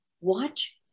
Watch